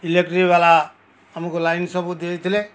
ଇଲେକ୍ଟ୍ରିବାଲା ଆମକୁ ଲାଇନ୍ ସବୁ ଦେଇଥିଲେ